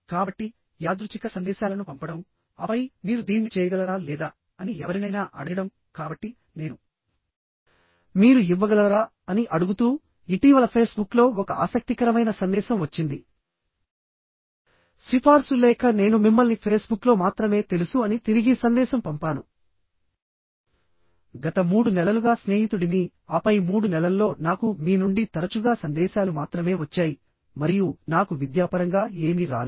కాబట్టి యాదృచ్ఛిక సందేశాలను పంపడం ఆపై మీరు దీన్ని చేయగలరా లేదా అని ఎవరినైనా అడగడం కాబట్టి నేను మీరు ఇవ్వగలరా అని అడుగుతూ ఇటీవల ఫేస్బుక్లో ఒక ఆసక్తికరమైన సందేశం వచ్చింది సిఫార్సు లేఖ నేను మిమ్మల్ని ఫేస్బుక్లో మాత్రమే తెలుసు అని తిరిగి సందేశం పంపాను గత మూడు నెలలుగా స్నేహితుడిని ఆపై మూడు నెలల్లో నాకు మీ నుండి తరచుగా సందేశాలు మాత్రమే వచ్చాయి మరియు నాకు విద్యాపరంగా ఏమీ రాలేదు